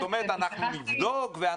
את אומרת "אנחנו נבדוק".